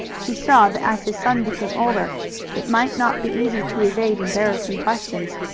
he saw that as his son became older it might not be easy to evade embarrassing questions.